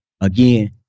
again